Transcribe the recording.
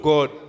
God